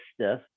stiff